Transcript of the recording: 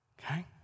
Okay